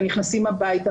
נכנסים הביתה,